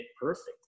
perfect